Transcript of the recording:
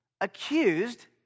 accused